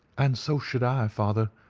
and so should i, father,